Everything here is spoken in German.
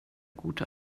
gute